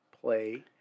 play